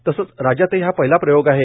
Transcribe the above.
तसंच राज्यातही हा पहिला प्रयोग आहे